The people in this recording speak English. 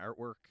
artwork